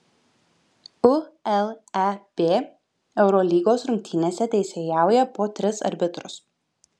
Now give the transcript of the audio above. uleb eurolygos rungtynėse teisėjauja po tris arbitrus